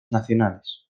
nacionales